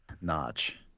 notch